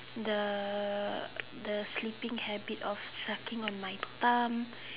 the the sleeping habit on sucking on my thumb